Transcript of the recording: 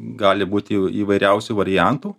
gali būti įvairiausių variantų